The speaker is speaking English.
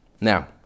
Now